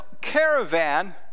caravan